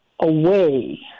away